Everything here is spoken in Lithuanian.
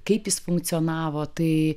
kaip jis funkcionavo tai